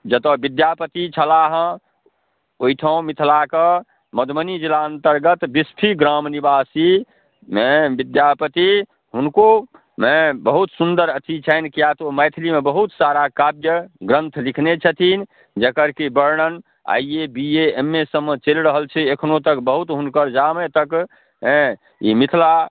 जतऽ विद्यापति छलाहऽ ओहिठाम मिथिलाके मधुबनी जिलान्तर्गत बिस्फी ग्राम निवासी अएँ विद्यापति हुनको बहुत सुन्दर अथी छनि किएक तऽ ओ मैथिलीमे बहुत सारा काव्य ग्रन्थ लिखने छथिन जकर कि वर्णन I A B A M A सबमे चलि रहल छै एखनो तक बहुत हुनकर जामे तक अँए ई मिथिला